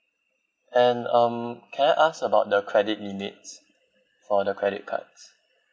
and um can I ask about the credit limits for the credit cards